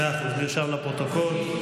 פעם אחת.